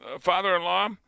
father-in-law